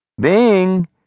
Bing